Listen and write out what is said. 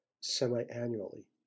semi-annually